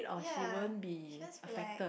ya she always be like